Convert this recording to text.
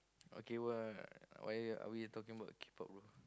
okay why why are we talking about K-pop bro